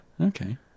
okay